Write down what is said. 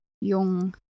yung